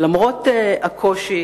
למרות הקושי